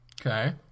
Okay